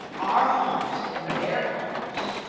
our homes and their homes,